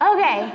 Okay